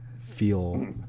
feel